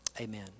amen